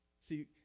See